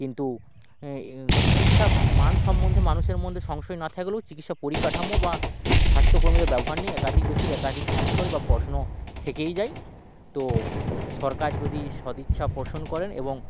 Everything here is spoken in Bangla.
কিন্তু চিকিৎসা মান সম্বন্ধে মানুষের মধ্যে সংশয় না থাকলেও চিকিৎসা পরিকাঠামো বা স্বাস্থ্য কর্মীদের ব্যবহার নিয়ে একাধিক ব্যক্তির একাধিক সংশয় বা প্রশ্ন থেকেই যায় তো সরকার যদি সদিচ্ছা পোষণ করেন এবং